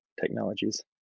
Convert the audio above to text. technologies